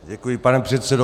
Děkuji, pane předsedo.